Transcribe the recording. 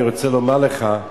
אני רוצה לומר לך,